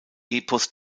epos